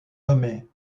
nommé